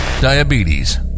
diabetes